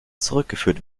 zurückgeführt